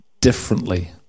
differently